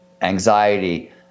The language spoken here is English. anxiety